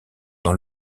dans